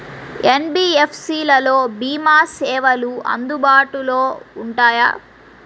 NBFC లలో భీమా సేవలు అందుబాటులో ఉంటాయా?